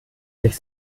sich